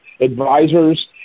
Advisors